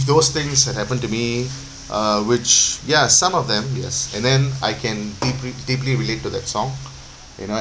those things that happened to me uh which ya some of them yes and then I can deeply deeply relate to that song you know right